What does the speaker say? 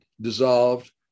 dissolved